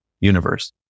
universe